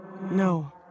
No